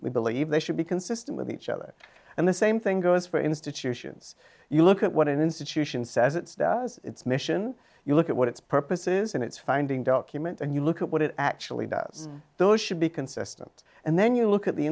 we believe they should be consistent with each other and the same thing goes for institutions you look at what an institution says it's does its mission you look at what its purposes and its founding documents and you look at what it actually does those should be consistent and then you look at the